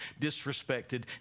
disrespected